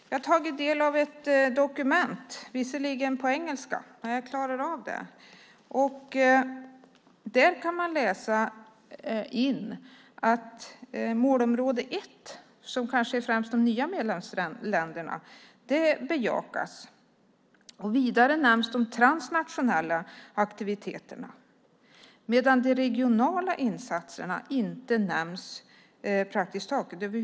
Jag har tagit del av ett dokument - visserligen på engelska, men jag klarar av att läsa det - där man kan läsa in att målområde 1, som kanske främst gäller de nya medlemsländerna, bejakas. Vidare nämns de transnationella aktiviteterna, medan de regionala insatserna över huvud taget inte nämns.